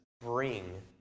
bring